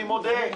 אני מודה.